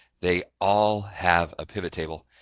they all have a pivot table.